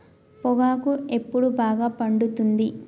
పొగాకు ఎప్పుడు బాగా పండుతుంది?